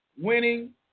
winning